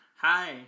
Hi